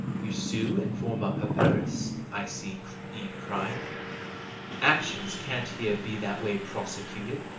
you sue in forma pauperis, i see, eve cried actions can't here be that way prosecuted.